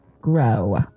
grow